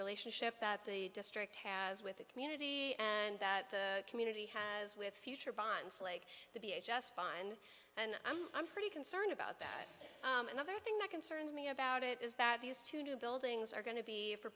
relationship that the district has with the community and that the community has with future bonds like to be just fine and i'm pretty concerned about that another thing that concerns me about it is that these two new buildings they're going to be for